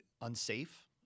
unsafe